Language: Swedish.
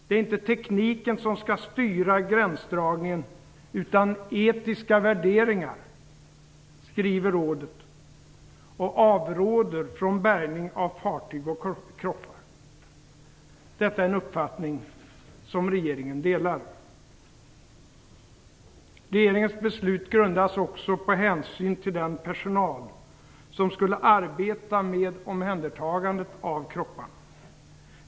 Det är inte tekniken som skall styra gränsdragningen, utan etiska värderingar, skriver rådet, och avråder från bärgning av fartyg och kroppar. Detta är en uppfattning som regeringen delar. Regeringens beslut grundas också på hänsyn till den personal som skulle arbeta med omhändertagandet av kropparna.